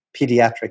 pediatric